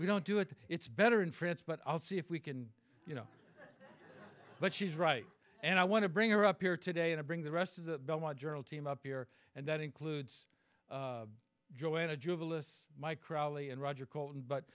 we don't do it it's better in france but i'll see if we can you know but she's right and i want to bring her up here today and bring the rest of the belmont journal team up here and that includes joanna juva lis my crowley and roger colton but